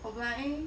我本来